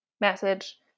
message